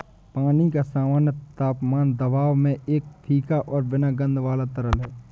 पानी का सामान्य तापमान दबाव में एक फीका और बिना गंध वाला तरल है